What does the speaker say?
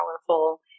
powerful